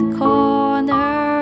corner